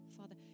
Father